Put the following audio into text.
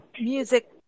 music